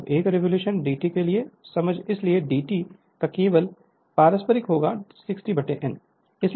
अब एक revolution d t के लिए समय इस d t का केवल पारस्परिक होगा 60 N Second होगा